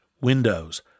Windows